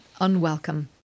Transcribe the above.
Unwelcome